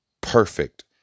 perfect